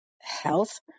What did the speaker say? health